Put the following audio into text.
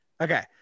Okay